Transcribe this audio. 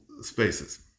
spaces